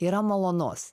yra malonus